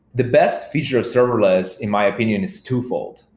the best feature of serverless in my opinion is twofold.